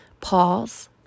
pause